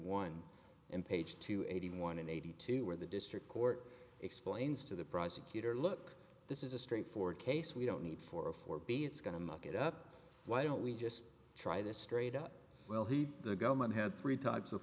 one in page two eighty one and eighty two where the district court explains to the prosecutor look this is a straightforward case we don't need for a for be it's going to muck it up why don't we just try this straight up well he the government had three types of